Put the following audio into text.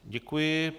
Děkuji.